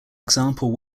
example